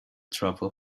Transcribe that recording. travel